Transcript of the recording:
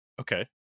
Okay